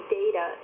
data